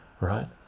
right